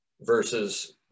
versus